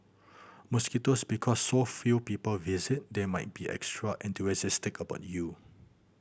mosquitoes because so few people visit they might be extra enthusiastic about you